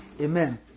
Amen